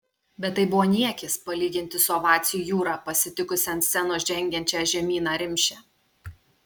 bet tai buvo niekis palyginti su ovacijų jūra pasitikusia ant scenos žengiančią žemyną rimšę